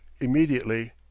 immediately